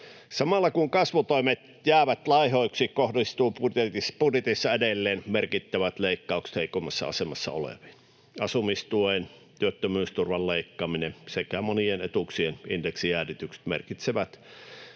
Samalla, kun kasvutoimet jäävät laihoiksi, kohdistuvat budjetissa edelleen merkittävät leikkaukset heikoimmassa asemassa oleviin. Asumistuen ja työttömyysturvan leikkaaminen sekä monien etuuksien indeksijäädytykset merkitsevät